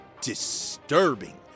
disturbing